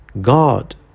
God